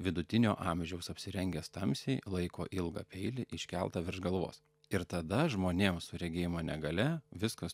vidutinio amžiaus apsirengęs tamsiai laiko ilgą peilį iškeltą virš galvos ir tada žmonėm su regėjimo negalia viskas